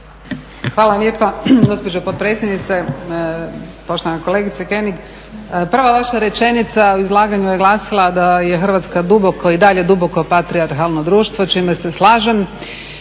Hvala lijepa gospođo potpredsjednice. Poštovana kolegice König, prva vaša rečenica u vašem izlaganju je glasila da je Hrvatska i dalje duboko patrijarhalno društvo čime se slažem